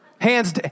Hands